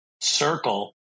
circle